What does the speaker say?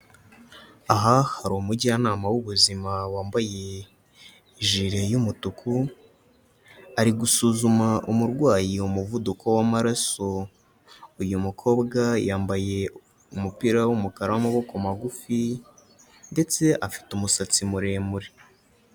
Aha hari umujyanama w'ubuzima wambaye ijure y'umutuku ari gusuzuma umurwayi umuvuduko w'amaraso, uyu mukobwa yambaye umupira w'umukara w'amaboko magufi ndetse afite umusatsi muremure.